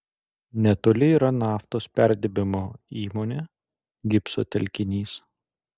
netoli yra naftos perdirbimo įmonė gipso telkinys